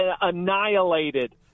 annihilated